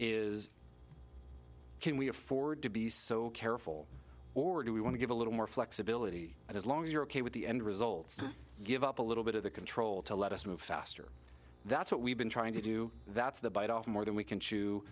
is can we afford to be so careful or do we want to give a little more flexibility but as long as you're ok with the end results give up a little bit of the control to let us move faster that's what we've been trying to do that's the bite off more than we can chew